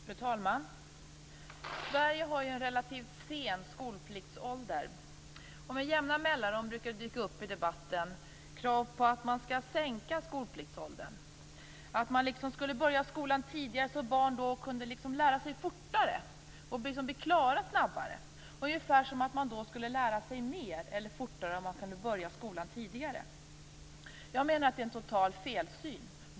Fru talman! Sverige har ju en relativt hög skolpliktsålder. Med jämna mellanrum brukar det i debatten dyka upp krav på att man skall sänka skolpliktsåldern. Man skulle börja skolan tidigare så att barn kunde lära sig fortare och bli klara snabbare. Det verkar som om man skulle kunna lära sig mer eller fortare om man kunde börja skolan tidigare. Jag menar att det är en total felsyn.